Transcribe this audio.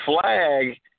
flag